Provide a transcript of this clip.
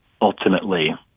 ultimately